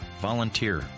Volunteer